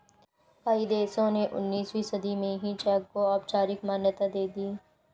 कई देशों ने उन्नीसवीं सदी में ही चेक को औपचारिक मान्यता दे दी